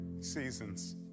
seasons